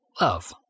love